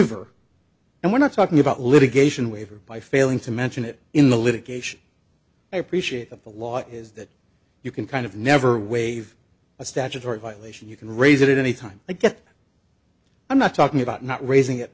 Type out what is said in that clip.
never and we're not talking about litigation waiver by failing to mention it in the litigation i appreciate that the law is that you can kind of never waive a statutory violation you can raise it at any time i get i'm not talking about not raising it